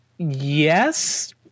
Yes